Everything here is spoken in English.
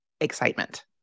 excitement